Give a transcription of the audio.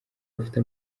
bafite